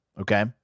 Okay